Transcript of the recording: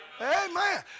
Amen